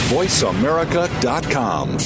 VoiceAmerica.com